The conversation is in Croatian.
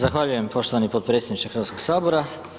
Zahvaljujem poštovani potpredsjedniče Hrvatskoga sabora.